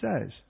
says